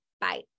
bye